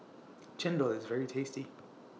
Chendol IS very tasty